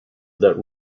that